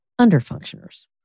underfunctioners